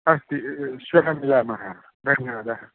अस्ति श्वः मिलामः धन्यवादः